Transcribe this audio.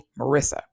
Marissa